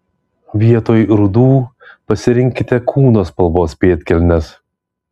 vietoj rudų pasirinkite kūno spalvos pėdkelnes